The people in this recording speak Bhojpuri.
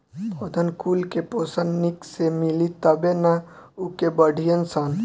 पौधन कुल के पोषन निक से मिली तबे नअ उ के बढ़ीयन सन